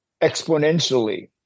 exponentially